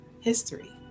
history